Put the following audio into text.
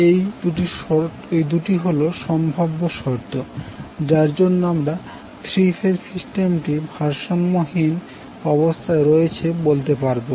এই দুটি হল সম্ভাব্য শর্ত যার জন্য আমরা থ্রি ফেজ সিস্টেম টি ভারসাম্যহীন অবস্থায় রয়েছে বলতে পারবো